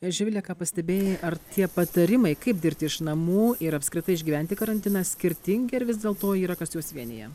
živile ką pastebėjai ar tie patarimai kaip dirbti iš namų ir apskritai išgyventi karantiną skirtingi ar vis dėlto yra kas juos vienija